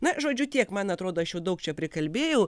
na žodžiu tiek man atrodo aš jau daug čia prikalbėjau